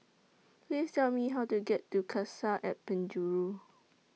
Please Tell Me How to get to Cassia At Penjuru